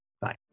Bye